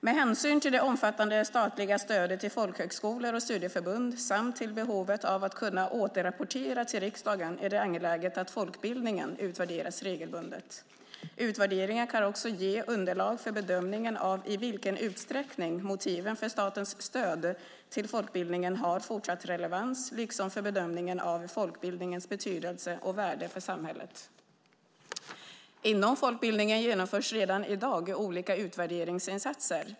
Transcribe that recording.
Med hänsyn till det omfattande statliga stödet till folkhögskolor och studieförbund samt till behovet av att kunna återrapportera till riksdagen är det angeläget att folkbildningen utvärderas regelbundet. Utvärderingar kan också ge underlag för bedömningen av i vilken utsträckning motiven för statens stöd till folkbildningen har fortsatt relevans, liksom för bedömningen av folkbildningens betydelse och värde för samhället. Inom folkbildningen genomförs redan i dag olika utvärderingsinsatser.